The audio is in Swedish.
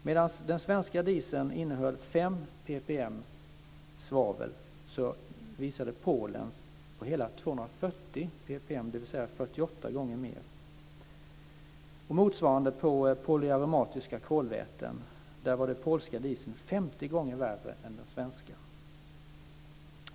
Medan den svenska dieseln innehöll 5 ppm svavel innehöll Polens hela 240 ppm, dvs. 48 gånger mer. Motsvarande gäller för polyaromatiska kolväten. Där var den polska dieseln 50 gånger värre än den svenska.